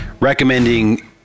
recommending